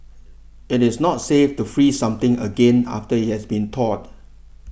it is not safe to freeze something again after it has been thawed